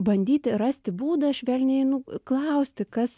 bandyti rasti būdą švelniai einu klausti kas